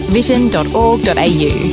vision.org.au